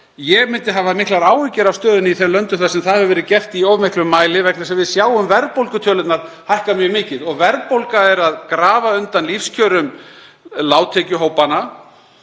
Ég myndi hafa miklar áhyggjur af stöðunni í þeim löndum þar sem það hefur verið gert í of miklum mæli vegna þess að við sjáum verðbólgutölurnar hækka mjög mikið. Verðbólga er að grafa undan lífskjörum lágtekjuhópa